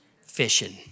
fishing